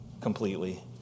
completely